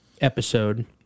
episode